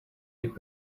would